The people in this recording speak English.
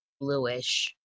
bluish